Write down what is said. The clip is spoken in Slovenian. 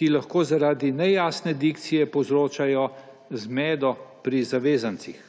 ki lahko zaradi nejasne dikcije povzročajo zmedo pri zavezancih.